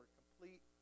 complete